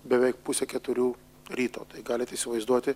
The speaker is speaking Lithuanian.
beveik pusę keturių ryto galit įsivaizduoti